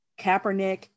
Kaepernick